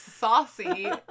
saucy